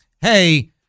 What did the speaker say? hey